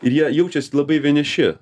ir jie jaučiasi labai vieniši